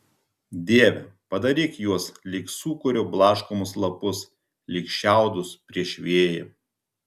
dieve padaryk juos lyg sūkurio blaškomus lapus lyg šiaudus prieš vėją